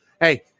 hey